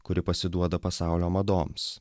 kuri pasiduoda pasaulio madoms